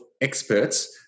experts